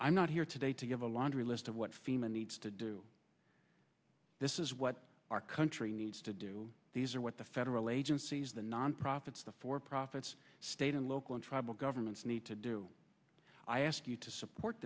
i'm not here today to give a laundry list of what fema needs to do this is what our country needs to do these are what the federal agencies the nonprofits the for profits state and local tribal governments need to do i ask you to support